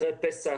אחרי פסח,